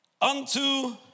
unto